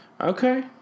Okay